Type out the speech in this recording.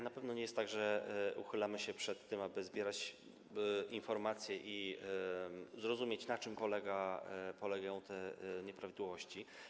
Na pewno nie jest tak, że uchylamy się przed tym, aby zbierać informacje i zrozumieć, na czym polegają te nieprawidłowości.